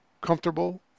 comfortable